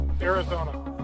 Arizona